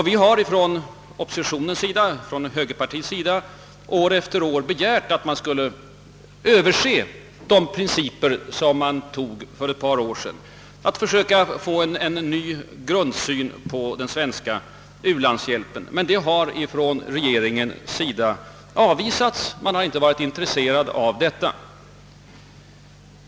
Vi har från oppositionens sida, och inte minst från högerpartiet, år efter år begärt att man skall se över de principer som fastlades för ett par år sedan och sålunda försöka få fram en ny grundsyn på den svenska u-landshjälpen. Regeringen har emellertid avvisat dessa framstötar — den har inte varit intresserad av saken.